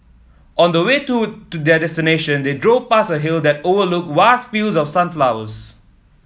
on the way to their destination they drove past a hill that overlooked vast fields of sunflowers